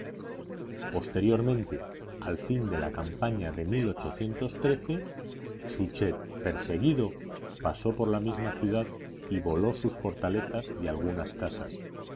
posteriormente al fin de la campaña de suchet perseguido pasó por la misma ciudad y voló sus fortalezas y algunas casas